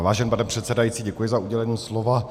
Vážený pane předsedající, děkuji za udělení slova.